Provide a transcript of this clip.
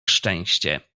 szczęście